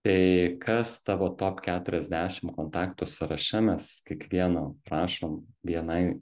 tai kas tavo top keturiasdešim kontaktų sąraše mes kiekvieno prašom bni